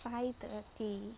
five thirty